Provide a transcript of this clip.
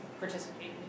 participate